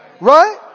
Right